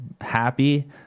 happy